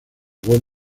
voz